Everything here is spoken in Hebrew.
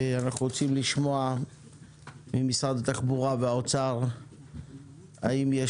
אנחנו רוצים לשמוע ממשרד התחבורה והאוצר האם יש